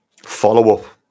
follow-up